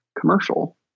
commercial